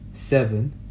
Seven